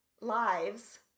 lives